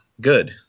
good